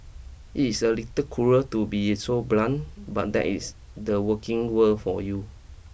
it is a little cruel to be so blunt but that is the working world for you